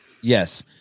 Yes